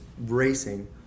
racing